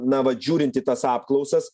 na vat žiūrint į tas apklausas